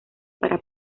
para